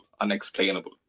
unexplainable